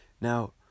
Now